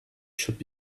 should